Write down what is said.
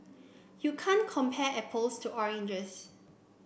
you can't compare apples to oranges